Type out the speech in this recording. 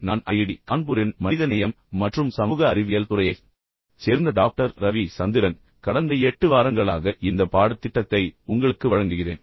நான் ஐஐடி கான்பூரின் மனிதநேயம் மற்றும் சமூக அறிவியல் துறையைச் சேர்ந்த டாக்டர் ரவி சந்திரன் கடந்த 8 வாரங்களாக இந்த பாடத்திட்டத்தை உங்களுக்கு வழங்குகிறேன்